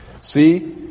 See